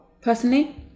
personally